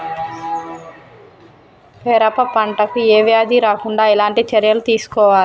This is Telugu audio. పెరప పంట కు ఏ వ్యాధి రాకుండా ఎలాంటి చర్యలు తీసుకోవాలి?